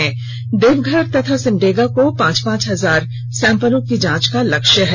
वहीं देवघर तथा सिमडेगा को पांच पांच हजार सैंपल की जांच का लक्ष्य है